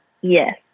Yes